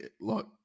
Look